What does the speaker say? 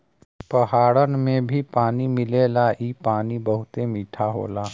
पहाड़न में भी पानी मिलेला इ पानी बहुते मीठा होला